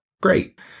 Great